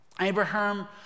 Abraham